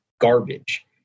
garbage